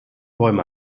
bäume